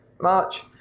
march